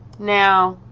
now